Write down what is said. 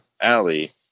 alley